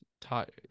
taught